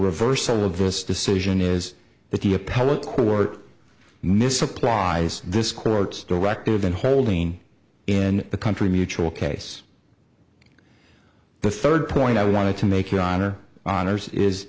reversal of this decision is that the appellate court misapplies this court's directive that holding in the country mutual case the third point i wanted to make your honor honors is